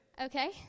Okay